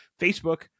Facebook